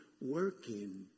working